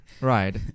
Right